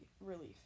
Relief